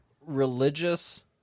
religious